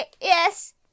Yes